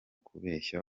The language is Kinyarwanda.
kubeshya